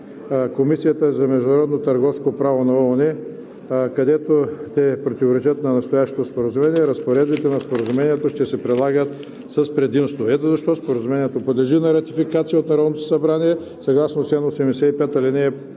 Комисията по международно търговско право на ООН, а където те противоречат на настоящето споразумение, разпоредбите на Споразумението ще се прилагат с предимство. Ето защо Споразумението подлежи на ратификация от Народното събрание съгласно чл. 85, ал.